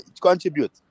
contribute